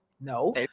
no